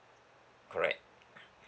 correct